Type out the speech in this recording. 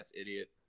idiot